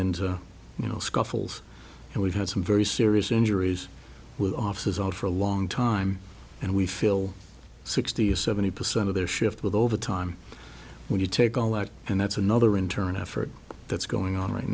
into you know scuffles and we've had some very serious injuries with offices all for a long time and we feel sixty to seventy percent of their shift with overtime when you take all that and that's another in turn effort that's going on right